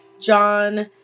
John